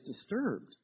disturbed